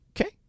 Okay